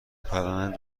پرنده